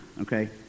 okay